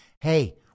Hey